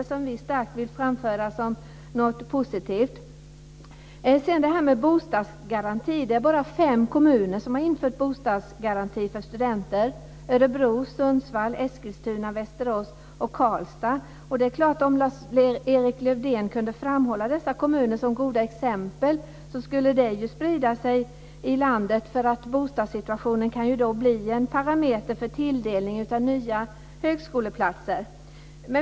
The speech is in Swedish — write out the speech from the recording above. Det vill vi starkt framföra som något positivt. Sedan till det här med bostadsgaranti. Det är bara fem kommuner som har infört bostadsgaranti för studenter. Det är Örebro, Sundsvall, Eskilstuna, Västerås och Karlstad. Om Lars-Erik Lövdén kunde framhålla dessa kommuner som goda exempel så skulle det sprida sig i landet. Bostadssituationen kan då bli en parameter för tilldelning av nya högskoleplatser.